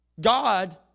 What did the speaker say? God